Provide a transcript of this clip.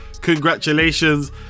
congratulations